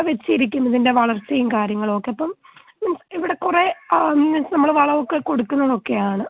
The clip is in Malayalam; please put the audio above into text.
അതുവെച്ചിരിക്കും ഇതിൻ്റെ വളർച്ചയും കാര്യങ്ങളൊക്കെ അപ്പം മീൻസ് ഇവിടെ കുറെ മീൻസ് നമ്മൾ വളവൊക്കെ കൊടുക്കുന്നതൊക്കെയാണ്